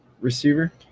receiver